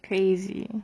crazy